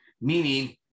Meaning